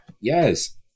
Yes